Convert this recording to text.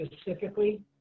specifically